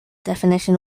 definition